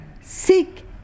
Seek